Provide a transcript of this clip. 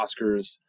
Oscars